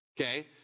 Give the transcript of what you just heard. Okay